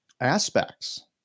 aspects